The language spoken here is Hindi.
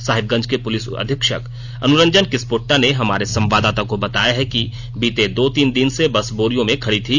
साहिबगंज के पुलिस अधीक्षक अनुरंजन किस्पोद्दा ने हमारे सवांददाता को बताया है कि बीते दो तीन दिनों से बस बोरियो में खड़ी थी